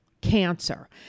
cancer